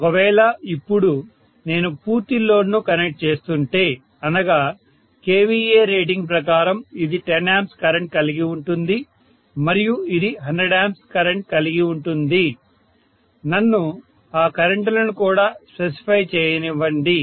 ఒకవేళ ఇప్పుడు నేను పూర్తి లోడ్ను కనెక్ట్ చేస్తుంటే అనగా kVA రేటింగ్ ప్రకారం ఇది 10 A కరెంట్ కలిగి ఉంటుంది మరియు ఇది 100 A కరెంట్ కలిగి ఉంటుంది నన్ను ఆ కరెంటు లను కూడా స్పెసిఫై చేయనివ్వండి